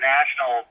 National